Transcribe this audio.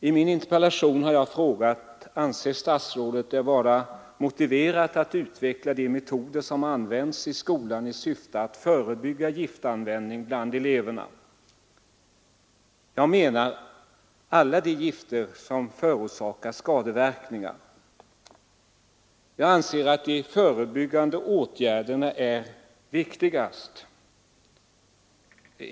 I min interpellation har jag frågat: ”Anser statsrådet det vara motiverat att utveckla de metoder som används i skolan i syfte att förebygga giftanvändning bland eleverna?” Jag menar alla de gifter som förorsakar skadeverkningar. Jag anser att de förebyggande åtgärderna är viktigast.